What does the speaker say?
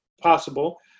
possible